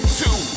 two